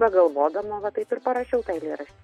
begalvodama va taip ir parašiau tą eilėraštį